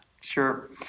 Sure